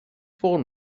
fôn